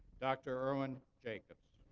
dr. irwin jacobs.